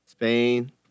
Spain